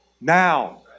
now